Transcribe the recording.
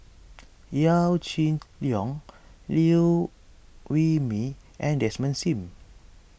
Yaw Shin Leong Liew Wee Mee and Desmond Sim